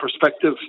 perspective